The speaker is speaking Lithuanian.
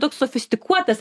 toks sofistikuotas